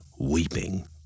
weeping